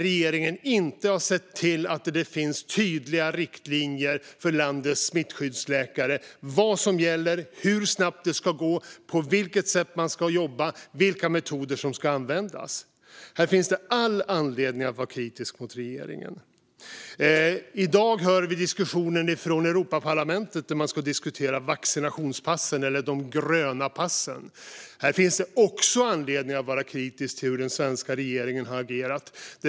Regeringen har inte sett till att det finns tydliga riktlinjer för landets smittskyddsläkare i fråga om vad som gäller, hur snabbt det ska gå, på vilket sätt man ska jobba och vilka metoder som ska användas. Här finns det all anledning att vara kritisk mot regeringen. I dag hör vi diskussionen från Europaparlamentet, där man ska diskutera vaccinationspassen eller de gröna passen. Här finns det också anledning att vara kritisk till hur den svenska regeringen har agerat.